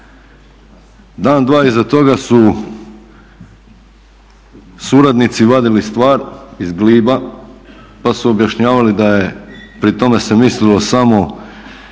Dan, dva iza toga su suradnici vadili stvar iz gliba pa su objašnjavali da je pri tome se mislilo samo